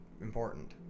important